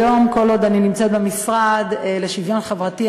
כל עוד אני נמצאת במשרד לשוויון חברתי,